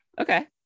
okay